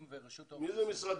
יש רשימות?